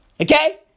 Okay